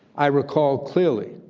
i recall clearly,